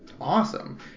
Awesome